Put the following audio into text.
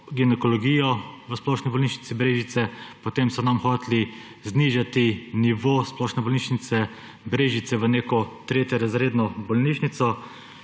ginekologijo v Splošni bolnišnici Brežice, potem so nam hoteli znižati nivo Splošne bolnišnice Brežice v neko tretjerazredno bolnišnico